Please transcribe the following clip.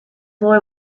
boy